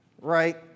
right